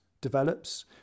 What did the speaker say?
develops